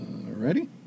Ready